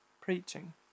preaching